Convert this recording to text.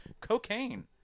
cocaine